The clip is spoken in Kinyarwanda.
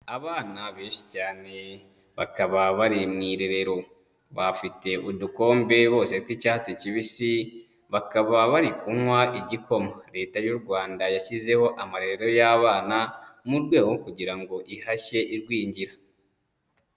Abana benshi cyane bakaba bari mu irerero, bafite udukombe bose tw'icyatsi kibisi bakaba bari kunywa igikoma, Leta y'u Rwanda yashyizeho amarere y'abana mu rwego kugira ngo ihashye igwingira.